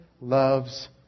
loves